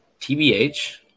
TBH